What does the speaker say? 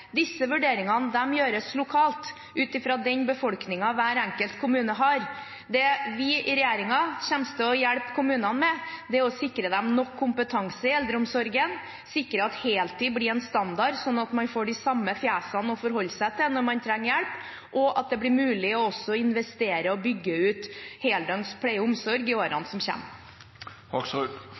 Disse vurderingene gjøres lokalt, ut fra den befolkningen hver enkelt kommune har. Det vi i regjeringen kommer til å hjelpe kommunene med, er å sikre dem nok kompetanse i eldreomsorgen, sikre at heltid blir en standard, sånn at man får de samme fjesene å forholde seg til når man trenger hjelp, og at det blir mulig også å investere og bygge ut heldøgns pleie og omsorg i årene som